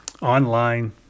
online